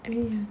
I mean ya